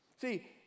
See